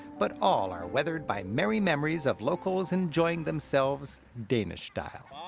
but all are weathered by merry memories of locals enjoying themselves, danish-style.